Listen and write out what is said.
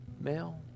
male